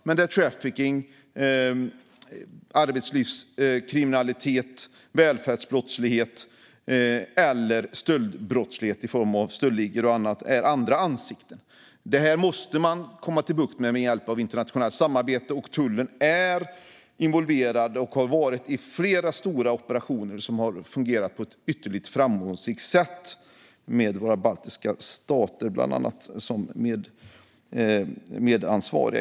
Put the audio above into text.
Men trafficking, arbetslivskriminalitet, välfärdsbrottslighet eller stöldbrottslighet i form av stöldligor och annat är andra ansikten. Detta måste man få bukt med genom internationellt samarbete, och tullen är och har varit involverad i flera stora operationer som har fungerat ypperligt och framgångsrikt. Det har bland annat skett med de baltiska staterna som medansvariga.